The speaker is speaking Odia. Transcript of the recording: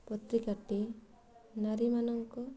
ପତ୍ରିକାଟି ନାରୀମାନଙ୍କ